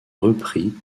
repris